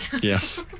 Yes